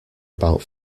about